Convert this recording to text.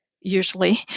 Usually